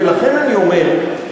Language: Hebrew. ולכן אני אומר,